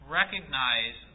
recognize